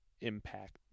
impact